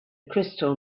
crystal